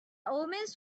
omens